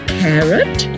carrot